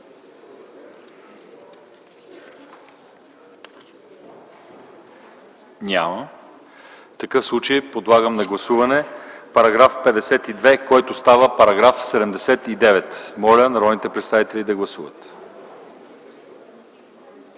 Няма. В такъв случай подлагам на гласуване § 52, който става § 79. Моля народните представители да гласуват.